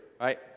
Right